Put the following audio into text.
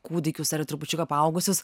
kūdikius ar trupučiuką paaugusius